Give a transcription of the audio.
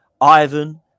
Ivan